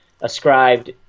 ascribed